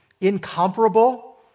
incomparable